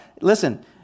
Listen